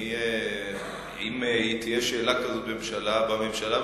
אם תהיה שאלה כזאת בממשלה,